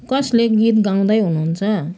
कसले गीत गाउँदै हुनुहुन्छ